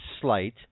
slight